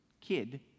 kid